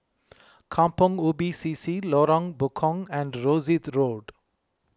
Kampong Ubi C C Lorong and Rosyth Road